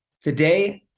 today